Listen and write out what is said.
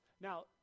Now